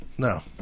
No